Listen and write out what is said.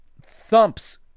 thumps